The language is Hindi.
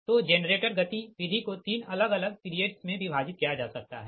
तो जेनरेटर गति विधि को तीन अलग अलग पीरियड्स में विभाजित किया जा सकता है